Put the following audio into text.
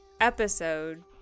episode